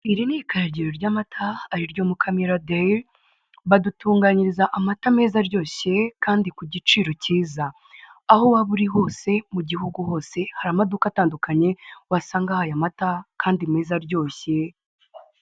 Iri ni ikaragiro ry'amata ariryokamira dayili, badutunganyiriza amata meza aryoshye kandi ku giciro cyiza. Aho waba uri hose mu gihugu hose hari amaduka atandukanye wasangaho aya amata kandi meza aryoshye.